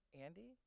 Andy